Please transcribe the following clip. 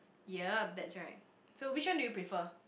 ya that's right so which one do you prefer